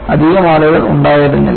അധികം ആളുകൾ ഉണ്ടായിരുന്നില്ല